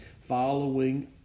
following